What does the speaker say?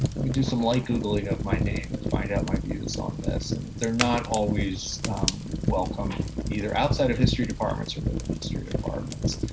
you can do some light googling of my name to find out my views on this and they're not always welcomed either outside of history departments or within history departments.